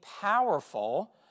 powerful